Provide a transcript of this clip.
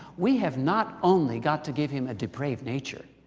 we have not only got to give him a depraved nature,